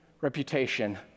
reputation